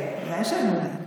כן, בוודאי שאני יודעת.